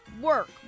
work